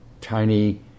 tiny